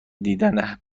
دیدن